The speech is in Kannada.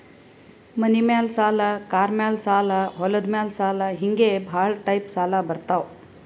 ಮನಿ ಮ್ಯಾಲ ಸಾಲ, ಕಾರ್ ಮ್ಯಾಲ ಸಾಲ, ಹೊಲದ ಮ್ಯಾಲ ಸಾಲ ಹಿಂಗೆ ಭಾಳ ಟೈಪ್ ಸಾಲ ಬರ್ತಾವ್